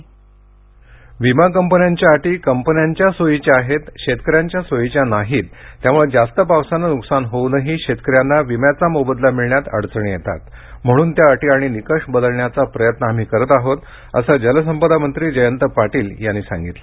पीकवीमा विमा कंपन्यांच्या अटी कंपन्यांच्या सोईच्या आहेत शेतकऱ्यांच्या सोईच्या नाहीत त्यामुळे जास्त पावसानं नुकसान होऊनही शेतकऱ्यांना विम्याचा मोबदला मिळण्यात अडचणी येतात म्हणून त्या अटी आणि निकष बदलण्याचा प्रयत्न आम्ही करत आहोत असं जलसंपदा मंत्री जयंत पाटील यांनी सांगितलं